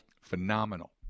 phenomenal